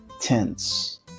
tense